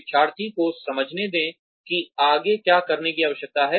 शिक्षार्थी को समझने दें कि आगे क्या करने की आवश्यकता है